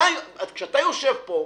כשאתה יושב פה,